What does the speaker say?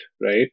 Right